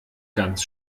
ganz